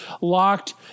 locked